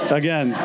again